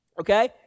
Okay